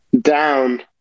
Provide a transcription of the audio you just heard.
down